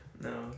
No